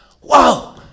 Whoa